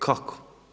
Kako?